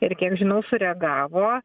ir kiek žinau sureagavo